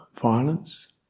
violence